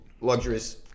luxurious